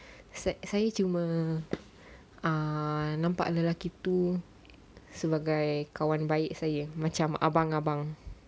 sa~ saya cuma ah nampak lelaki tu sebagai kawan baik saya macam abang-abang